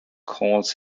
calls